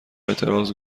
اعتراض